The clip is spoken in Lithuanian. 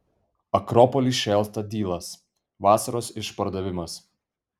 akropoly šėlsta dylas vasaros išpardavimas